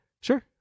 Sure